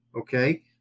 Okay